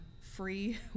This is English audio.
free